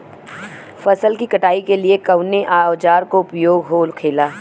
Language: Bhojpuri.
फसल की कटाई के लिए कवने औजार को उपयोग हो खेला?